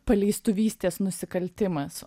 paleistuvystės nusikaltimas